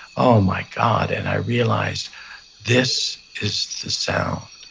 oh my god. and i realized this is the sound